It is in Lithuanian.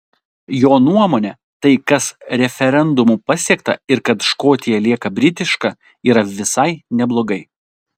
jo nuomone tai kas referendumu pasiekta ir kad škotija lieka britiška yra visai neblogai